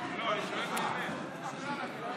נתקבלה.